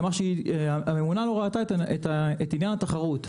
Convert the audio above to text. שהממונה לא רואה את עניין התחרות,